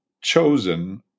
chosen